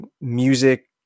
music